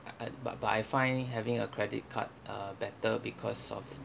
I I but but I find having a credit card uh better because of